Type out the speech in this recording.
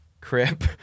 crip